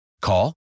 Call